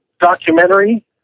documentary